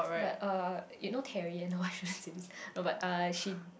but uh you know Terry and no I don't want to say this no but uh she